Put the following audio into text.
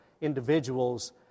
individuals